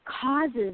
causes